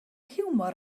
hiwmor